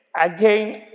again